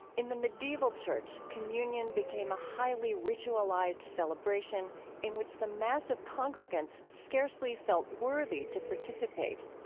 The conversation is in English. in the medieval church, communion became a highly ritualized celebration in which the mass of congregants scarcely felt worthy to participate.